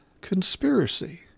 conspiracy